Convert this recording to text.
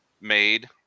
made